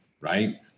Right